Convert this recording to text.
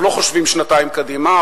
אנחנו לא חושבים שנתיים קדימה,